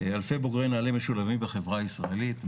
אלפי בוגרי נעל"ה משולבים בחברה הישראלית,